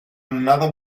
another